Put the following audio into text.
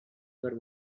were